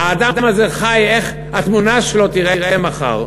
האדם הזה חי, איך התמונה שלו תיראה מחר.